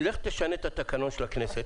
לך תשנה את התקנון של הכנסת.